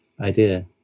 idea